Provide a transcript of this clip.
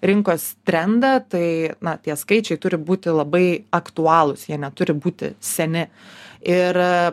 rinkos trendą tai na tie skaičiai turi būti labai aktualūs jie neturi būti seni ir